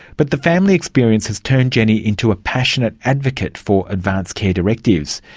but the family experience has turned jenny into a passionate advocate for advance care directives.